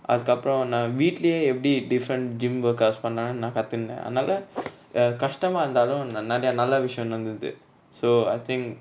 அதுகப்ரோ நா வீட்லயே எப்டி:athukapro na veetlaye epdi different gym workouts பன்லானு நா கத்துண்ட அதனால:panlanu na kathunda athanala err கஷ்டமா இருந்தாலு நா நெரய நல்ல விசயோ நடந்துது:kastama irunthalu na neraya nalla visayo nadanthuthu so I think